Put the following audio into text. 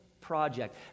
project